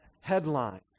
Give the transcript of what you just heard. headline